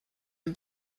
ihr